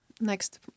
next